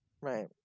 right